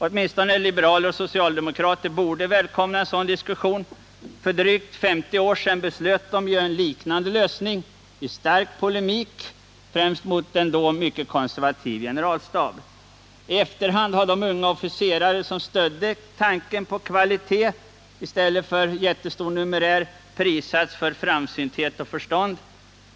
Åtminstone liberaler och socialdemokrater borde välkomna en sådan diskussion. För drygt 50 år sedan fattade de beslut om en liknande lösning —i stark polemik främst med en mycket konservativ generalstab. I efterhand har de unga officerare som stödde tanken på kvalitet i stället för jättestor numerär prisats för framsynthet och förstånd.